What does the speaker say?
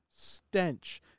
stench